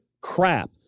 crap